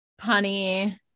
punny